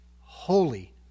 holy